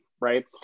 right